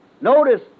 Notice